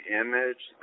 image